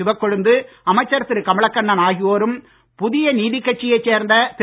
சிவக்கொழுந்து அமைச்சர் திரு கமலக்கண்ணன் ஆகியோரும் புதிய நீதிக் கட்சியைச் சேர்ந்த திரு